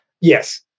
Yes